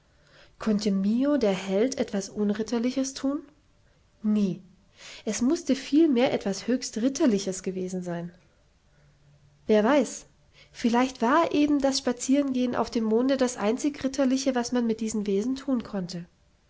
konnte mio der held etwas unritterliches thun nie es mußte vielmehr etwas höchst ritterliches gewesen sein wer weiß vielleicht war eben das spazierengehen auf dem monde das einzig ritterliche das man mit diesen wesen thun konnte